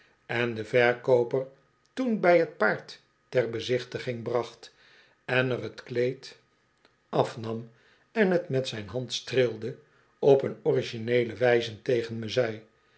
en de verkooper toen hij t paard ter bezichtiging bracht er t kleed afnam en het met zijn hand streelde op een origineele wijze tegen me zei